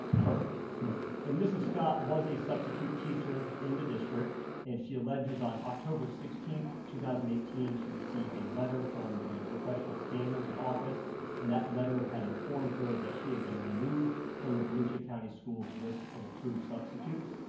perfect, yeah and mrs. scott was a substitute teacher in the district, and she alleges, on october sixteen, two thousand and eighteen, she received a letter from the professional standards office and that letter had informed her that she had been removed from the volusia county school's list of approved substitutes,